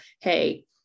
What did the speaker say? hey